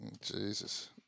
Jesus